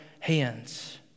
hands